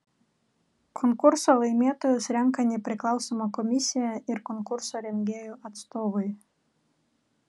konkurso laimėtojus renka nepriklausoma komisija ir konkurso rengėjų atstovai